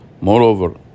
Moreover